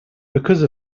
because